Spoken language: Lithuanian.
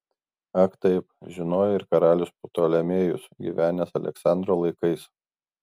ak taip žinojo ir karalius ptolemėjus gyvenęs aleksandro laikais